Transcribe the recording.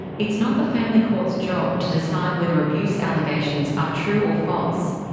it's not the family court's job to decide whether abuse allegations are true or false.